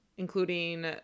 including